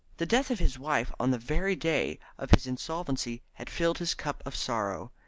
the death of his wife on the very day of his insolvency had filled his cup of sorrow,